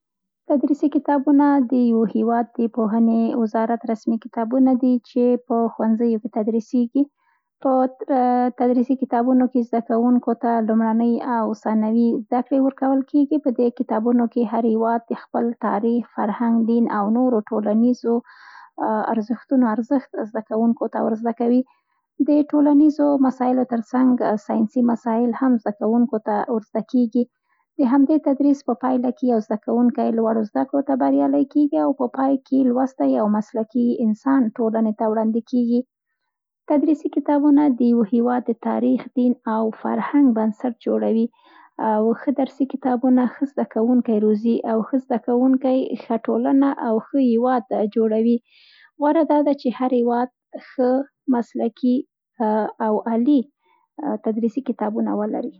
درسي کتابونه د یوه هېواد د پوهنې وزارت رسمي کتابونه دي چې په ښوونځیو کې تدرسېږي. په آ... تدریسي کتابونو کې، زده کوونکو ته لومړنۍ او ثانوي زده کړې ورکول کېږي. په دې کتابونو کې هر هېواد د خپل تاریخ، فرهنګ او دین او نورو ټولنیزو ارزښتونو ارزښت زده .کوونکو ته ورزده کوي. د ټولنیزو مسایلو ترڅنګ سیاینسي مسایل هم زده کوونکو ته ورزده کېږي. د همدې تدریس په پایله کې یوه زده کوونکی لوړو زده کړو ته بریالی کېږي او په پای کې لوستی او مسلکي انسان تولنې ته وړاندې کيږي .تدریسي کتابونه د یوه هېواد د تاریخ، دین او فرهنګ بنسټ جوړوي او ښه درسي کتابونه، ښه زده کوونکی روزي او ښه زده کوونکی ښه ټولنه او ښه هېواد جوړوي. غوره دا ده چې هر هیواد ښه، مسلکي او عالي تدریسي کتابونه ولري